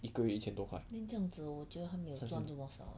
then 这样子我觉得他没有赚那么少